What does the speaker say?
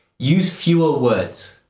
use fewer words.